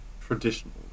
Traditional